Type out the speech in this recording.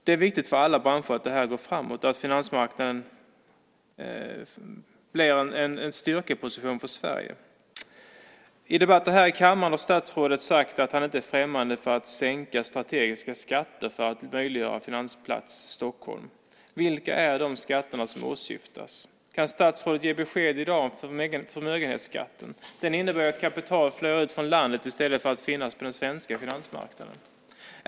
Det är viktigt för alla branscher att det här går framåt och att finansmarknaden blir en styrkeposition för Sverige. I debatter här i kammaren har statsrådet sagt att han inte är främmande för att sänka strategiska skatter för att möjliggöra Finansplats Stockholm. Vilka är de skatter som åsyftas? Kan statsrådet i dag ge något besked om förmögenhetsskatten? Den innebär ju att kapital flyr ut från landet i stället för att finnas på den svenska finansmarknaden.